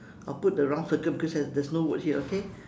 I'll put the round circle because there's there's no word here okay